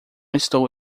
estou